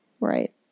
Right